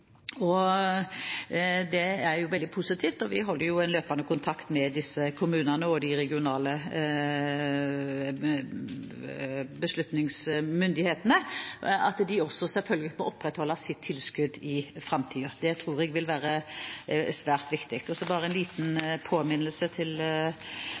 og det er veldig positivt, og vi holder løpende kontakt med disse kommunene og de regionale beslutningsmyndighetene, at de selvfølgelig også opprettholder sitt tilskudd i framtiden. Det tror jeg vil være svært viktig. Så bare en liten påminnelse til